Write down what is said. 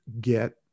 get